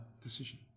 decision